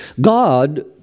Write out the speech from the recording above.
God